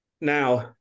Now